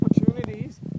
opportunities